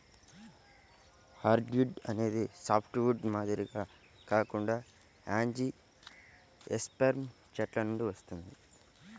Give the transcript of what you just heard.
hardwood అనేది softwood మాదిరిగా కాకుండా యాంజియోస్పెర్మ్ చెట్ల నుండి వస్తుంది